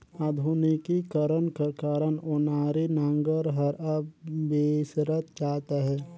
आधुनिकीकरन कर कारन ओनारी नांगर हर अब बिसरत जात अहे